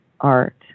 art